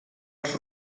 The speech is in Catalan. els